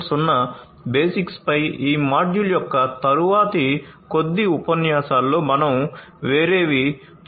0 బేసిక్స్పై ఈ మాడ్యూల్ యొక్క తరువాతి కొద్ది ఉపన్యాసాలలో మనం వేరేవి చూడబోతున్నాం